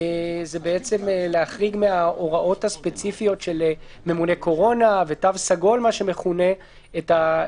וזה בעצם להחריג מהוראות ספציפיות של ממונה קורונה ומה שמכונה תו סגול,